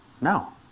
No